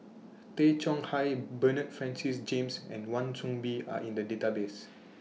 Tay Chong Hai Bernard Francis James and Wan Soon Bee Are in The databases